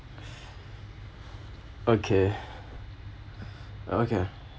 okay okay